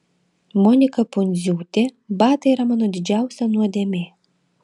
monika pundziūtė batai yra mano didžiausia nuodėmė